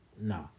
No